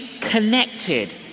connected